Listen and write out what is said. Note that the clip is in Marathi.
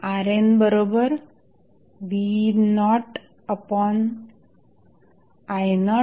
2A RNv0i010